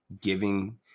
Giving